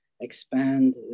expand